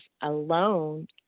alone